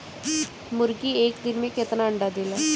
मुर्गी एक दिन मे कितना अंडा देला?